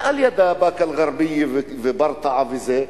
ועל-ידה באקה-אל-ע'רביה, וברטעה, וזה?